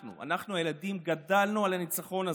אנחנו, אנחנו הילדים, גדלנו על הניצחון הזה.